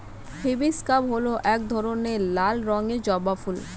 hibiscus হল এক ধরনের লাল রঙের জবা ফুল